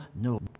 No